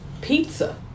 pizza